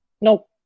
Nope